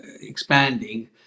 expanding